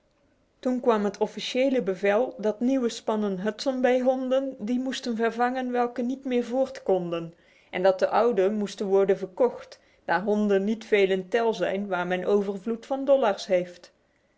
toen kwam het officiële bevel dat nieuwe spannen hudson bay honden die moesten vervangen welke niet meer voort konden en dat de oude moesten worden verkocht daar honden niet veel in tel zijn waar men overvloed van dollars heeft